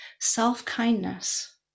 self-kindness